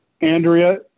Andrea